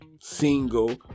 single